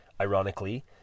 ironically